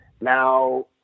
Now